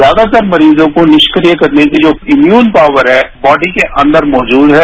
ज्यादातर मरीजों को निक्किय करने की जो इम्यून पॉवर है बॉबी के अंदर मौजूद है